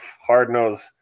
hard-nosed